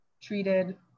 treated